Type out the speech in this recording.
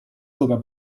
sogar